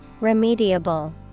Remediable